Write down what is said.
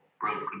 broken